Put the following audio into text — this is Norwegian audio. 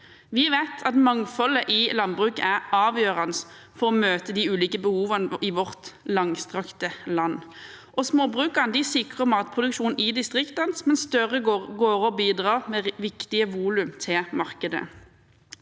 Vi vet at mangfoldet i landbruket er avgjørende for å møte de ulike behovene i vårt langstrakte land. Småbrukene sikrer matproduksjon i distriktene, mens større gårder bidrar med viktige volum til markedet.